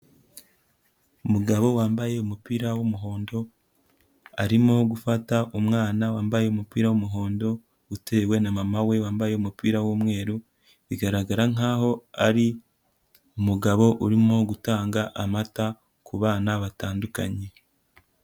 Umugabo wambaye umupira w'umuhondo, arimo gufata umwana wambaye umupira w'umuhondo uteruwe na mama we, wambaye umupira w'umweru bigaragara nkaho ari umugabo urimo gutanga amata ku bana batandukanye.